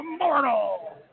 Immortal